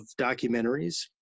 documentaries